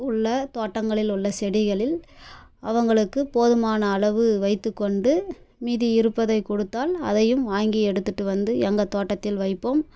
உள்ளே தோட்டங்களில் உள்ளே செடிகளில் அவங்களுக்கு போதுமான அளவு வைத்துக்கொண்டு மீதி இருப்பதை கொடுத்தால் அதையும் வாங்கி எடுத்துகிட்டு வந்து எங்கள் தோட்டத்தில் வைப்போம்